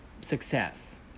success